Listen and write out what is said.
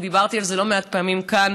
ודיברתי לא מעט פעמים כאן,